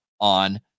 On